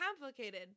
complicated